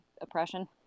oppression